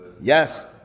Yes